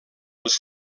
els